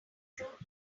fruit